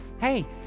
hey